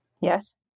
Yes